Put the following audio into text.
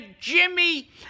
Jimmy